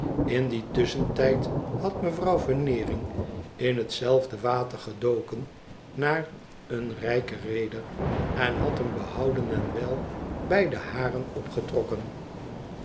in dien tusschentijd had mevrouw veneering in het zelfde water gedoken naar een rijken reeder en had hem behouden en wel bij de haren opgetrokken